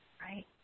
right